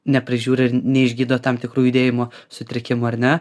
neprižiūri ir neišgydo tam tikrų judėjimo sutrikimų ar ne